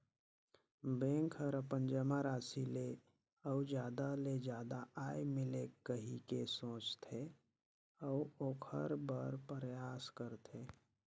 bank हर अपन जमा राशि ले अउ जादा ले जादा आय मिले कहिके सोचथे, अऊ ओखर बर परयास करथे